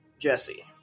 Jesse